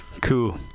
Cool